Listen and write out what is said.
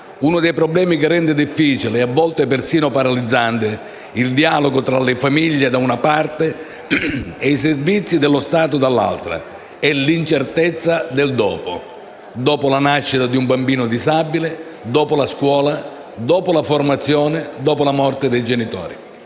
Uno dei problemi che rende difficile, e a volte persino paralizzante, il dialogo tra le famiglie da una parte e i servizi dello Stato dall'altra è l'incertezza del "dopo": "dopo" la nascita di un bambino disabile, "dopo" la scuola, "dopo" la formazione, "dopo" la morte dei genitori.